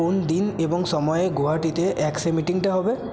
কোন দিন এবং সময়ে গুয়াহাটিতে অ্যাক্সে মিটিংটা হবে